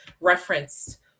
referenced